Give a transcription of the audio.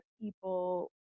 people